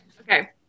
Okay